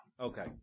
Okay